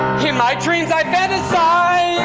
in my dreams i fantasize